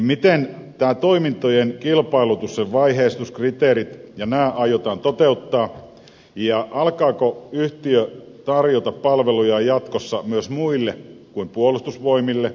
miten tämä toimintojen kilpailutus sen vaiheistus kriteerit ja nämä aiotaan toteuttaa ja alkaako yhtiö tarjota palveluja jatkossa myös muille kuin puolustusvoimille